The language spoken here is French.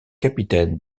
capitaine